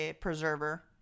preserver